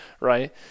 right